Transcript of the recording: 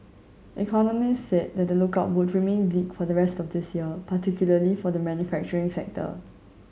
Economists said the the outlook would remain bleak for the rest of this year particularly for the manufacturing sector